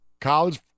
College